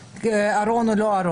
ארון כן או לא.